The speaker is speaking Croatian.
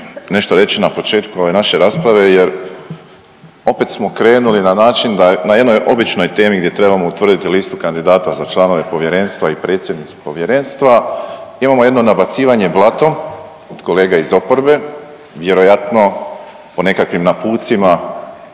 nešto reći na početku ove naše rasprave jer opet smo javili na način da na jednoj običnoj temi gdje trebamo utvrditi listu kandidata za članove Povjerenstva i predsjednicu Povjerenstva imamo jedno nabacivanje blatom od kolega iz oporbe, vjerojatno po nekakvim napucima